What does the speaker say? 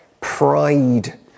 pride